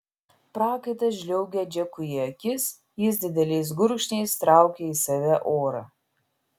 prakaitas žliaugė džekui į akis jis dideliais gurkšniais traukė į save orą